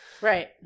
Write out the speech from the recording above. Right